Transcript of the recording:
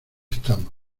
estamos